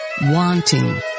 wanting